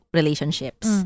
relationships